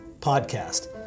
podcast